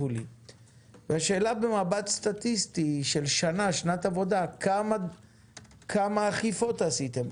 ובמבט סטטיסטי של שנת עבודה: כמה אכיפה עשיתם?